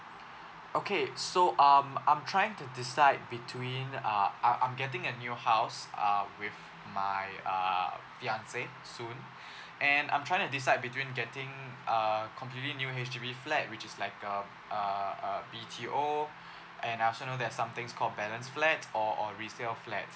okay so um I'm trying to decide between uh I I'm getting a new house um with my uh fiance soon and I'm trying to decide between getting uh completely new H_D_B flat which is like um uh uh B_T_O and I also know there's somethings called balance flats or or resale flat